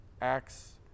acts